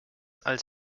als